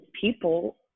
people